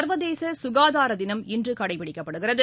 ச்வதேச சுகாதார தினம் இன்று கடைபிடிக்கப்படுகிறது